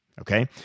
Okay